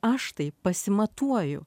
aš tai pasimatuoju